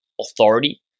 authority